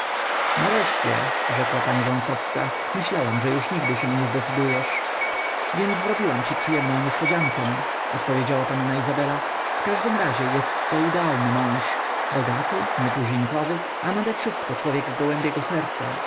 nareszcie rzekła pani wąsowska myślałam że nigdy się nie zdecydujesz więc zrobiłam ci przyjemną niespodziankę odpowiedziała panna izabela w każdym razie jestto idealny mąż bogaty nietuzinkowy a nadewszystko człowiek gołębiego serca